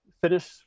finish